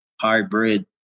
hybrid